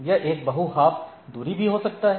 यह एक बहु हॉप दूरी भी हो सकता है